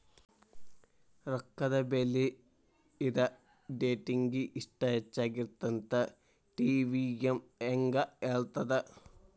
ರೊಕ್ಕದ ಬೆಲಿ ಇದ ಡೇಟಿಂಗಿ ಇಷ್ಟ ಹೆಚ್ಚಾಗಿರತ್ತಂತ ಟಿ.ವಿ.ಎಂ ಹೆಂಗ ಹೇಳ್ತದ